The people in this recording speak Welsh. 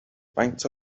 faint